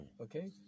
okay